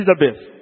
elizabeth